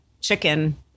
chicken